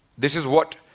this is what